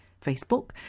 Facebook